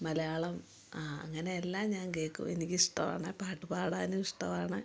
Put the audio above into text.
മലയാളം ആ അങ്ങനെയല്ലൊം ഞാൻ കേള്ക്കും എനിക്കിഷ്ടമാണ് പാട്ട് പാടാനും ഇഷ്ടമാണ്